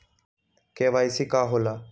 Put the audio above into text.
KYC का होला?